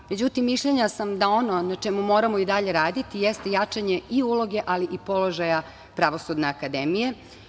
Međutim, mišljenja sam da ono na čemu moramo i dalje raditi jeste jačanje i uloge, ali i položaja Pravosudne akademije.